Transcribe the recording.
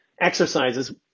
exercises